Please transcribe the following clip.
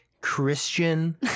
Christian